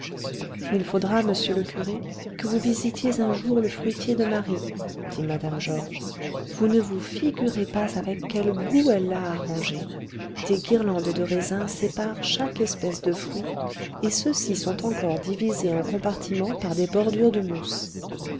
il faudra monsieur le curé que vous visitiez un jour le fruitier de marie dit mme georges vous ne vous figurez pas avec quel goût elle l'a arrangé des guirlandes de raisin séparent chaque espèce de fruits et ceux-ci sont encore divisés en compartiments par des bordures de mousse